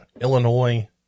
Illinois